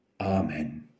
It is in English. Amen